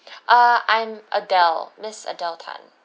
err I'm adele miss adele tan